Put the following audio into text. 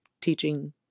teaching